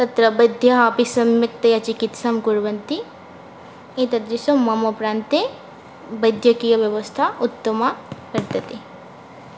तत्र वैद्याः अपि सम्यक्तया चिकित्सां कुर्वन्ति एतादृशं मम प्रान्ते वैद्यकीयव्यवस्था उत्तमा वर्तते